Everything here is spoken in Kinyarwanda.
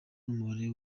n’umubare